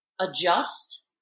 adjust